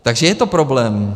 Takže je to problém.